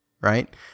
right